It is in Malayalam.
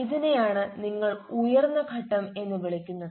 ഇതിനെയാണ് നിങ്ങൾ ഉയർന്ന ഘട്ടം എന്ന് വിളിക്കുന്നത്